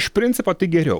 iš principo tai geriau